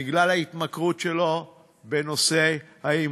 בגלל ההתמכרות שלו להימורים.